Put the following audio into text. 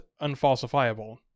unfalsifiable